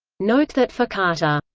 note that for carter,